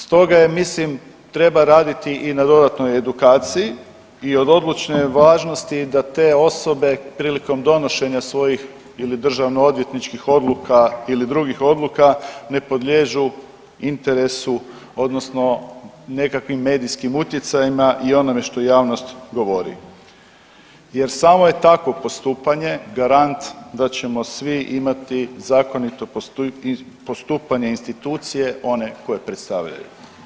Stoga je mislim treba raditi i na dodatnoj edukaciji i od odlučne je važnosti da te osobe prilikom donošenja svojih ili državno odvjetničkih odluka ili drugih odluka ne podliježu interesu odnosno nekakvim medijskim utjecajima i onome što javnost govori jer samo je takvo postupanje garant da ćemo svi imati zakonito postupanje institucije one koje predstavljaju.